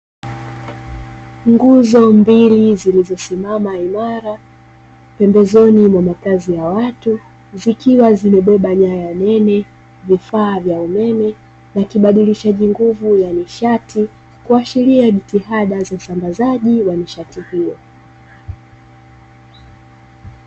Nguzo mbili zilizosimama imara pembezoni mwa makazi ya watu, zikiwa zimebeba nyaya nene, vifaa vya umeme, na kibadilishaji nguvu ya nishati, kuashiria jitihada za usambazaji wa nishati hiyo.